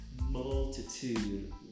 Multitude